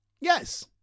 Yes